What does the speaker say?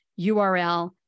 URL